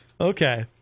Okay